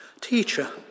Teacher